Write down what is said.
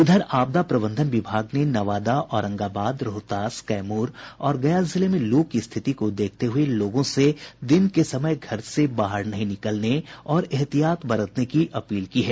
इधर आपदा प्रबंधन विभाग ने नवादा औरंगाबाद रोहतास कैमूर और गया जिले में लू की स्थिति को देखते हुए लोगों से दिन के समय घर से बाहर नहीं निकलने और विशेष एहतियात बरतने की अपील की है